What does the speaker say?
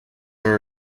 are